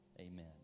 Amen